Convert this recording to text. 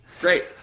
Great